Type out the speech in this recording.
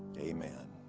amen.